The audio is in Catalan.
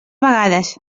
vegades